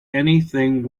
anything